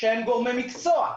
והם גורמי המקצוע,